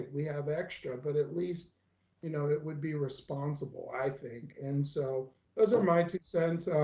we have extra. but at least you know it would be responsible, i think. and so those are my two sentence.